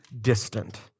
distant